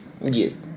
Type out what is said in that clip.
Yes